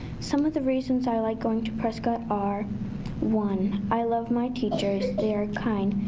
some of the reason so i like going to prescott are one, i love my teachers, they are kind.